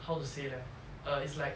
how to say leh uh it's like